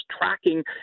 tracking